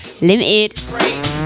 Limited